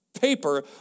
paper